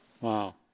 Wow